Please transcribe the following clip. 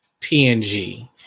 TNG